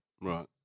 right